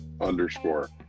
underscore